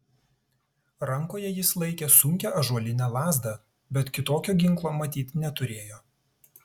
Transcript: rankoje jis laikė sunkią ąžuolinę lazdą bet kitokio ginklo matyt neturėjo